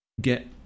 get